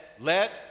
let